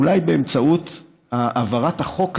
אולי באמצעות העברת החוק הזה,